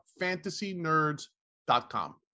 fantasynerds.com